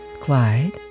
Clyde